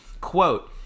quote